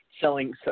selling